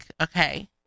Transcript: okay